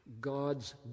God's